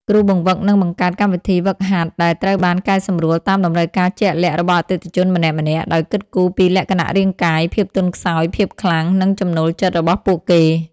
គ្រូបង្វឹកនឹងបង្កើតកម្មវិធីហ្វឹកហាត់ដែលត្រូវបានកែសម្រួលតាមតម្រូវការជាក់លាក់របស់អតិថិជនម្នាក់ៗ ដោយគិតគូរពីលក្ខណៈរាងកាយ ភាពទន់ខ្សោយ ភាពខ្លាំង និងចំណូលចិត្តរបស់ពួកគេ។